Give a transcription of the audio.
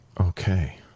Okay